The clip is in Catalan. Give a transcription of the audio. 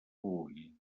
vulgui